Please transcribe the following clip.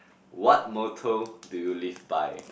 what motto do you live by